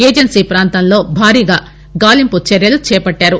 agency ప్రాంతంలో భారీగా గాలింపు చర్యలు చేపట్టారు